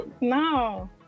No